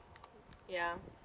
ya